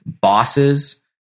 bosses